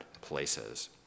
places